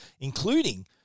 including